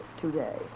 today